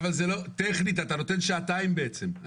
טכנית אתה נותן שעתיים בעצם.